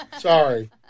Sorry